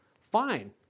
fine